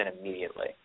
immediately